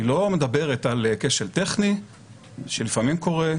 היא לא מדברת על כשל טכני שלפעמים קורה,